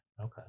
Okay